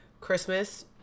christmas